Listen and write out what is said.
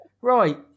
right